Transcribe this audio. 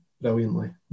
brilliantly